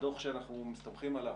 הדוח שאנחנו מסתמכים עליו,